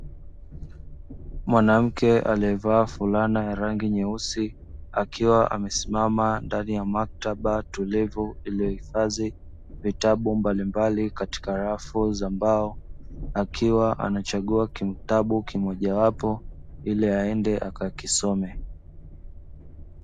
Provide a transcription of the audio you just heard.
Mwanamke aliyevaa fulana ya rangi nyeusi akiwa amesimama ndani ya maktaba tulivu iliyohifadhi vitabu mbalimbali katika rafu za mbao, akiwa anachagua kitabu kimoja wapo ili aende akakisome.